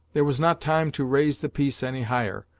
there was not time to raise the piece any higher,